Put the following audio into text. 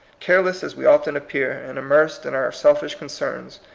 care less as we often appear, and immersed in our selfish concerns,